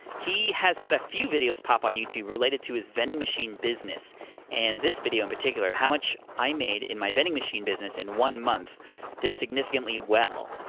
he has had a few videos pop on youtube related to his vending machine business and this video in particular, how much i made in my vending machine business in one month did significantly well.